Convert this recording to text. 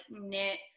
knit